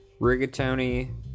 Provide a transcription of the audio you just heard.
rigatoni